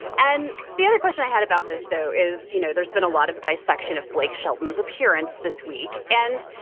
and the other question i had about this, though, is, you know, there's been a lot of dissection of blake shelton's appearance this week. and,